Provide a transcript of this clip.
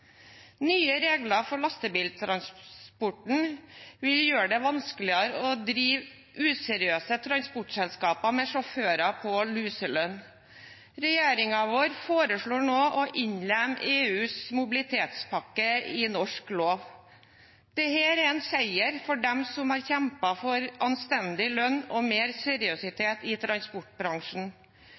vanskeligere å drive useriøse transportselskap med sjåfører på luselønn. Regjeringen vår foreslår nå å innlemme EUs mobilitetspakke i norsk lov. Dette er en seier for dem som har kjempet for anstendig lønn og mer seriøsitet i transportbransjen.